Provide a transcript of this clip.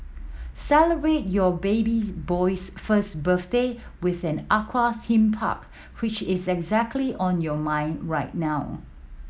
celebrate your baby boy's first birthday with an aqua theme park which is exactly on your mind right now